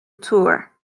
tour